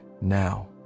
now